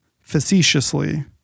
facetiously